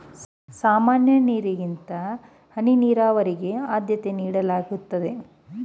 ಸಾಮಾನ್ಯ ನೀರಾವರಿಗಿಂತ ಹನಿ ನೀರಾವರಿಗೆ ಆದ್ಯತೆ ನೀಡಲಾಗುತ್ತದೆ